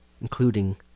including